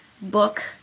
book